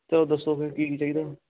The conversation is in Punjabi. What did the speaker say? ਚਲੋ ਦੱਸੋ ਫਿਰ ਕੀ ਚਾਹੀਦਾ